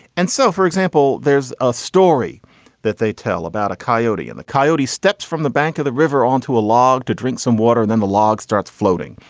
and so, for example, there's a story that they tell about a coyote. and the coyote steps from the bank of the river onto a log to drink some water. then the log starts floating.